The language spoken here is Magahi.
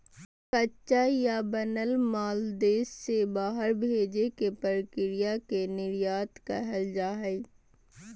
कच्चा या बनल माल देश से बाहर भेजे के प्रक्रिया के निर्यात कहल जा हय